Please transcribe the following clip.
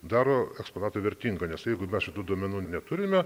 daro eksponatą vertingą nes jeigu mes šitų duomenų neturime